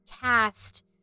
cast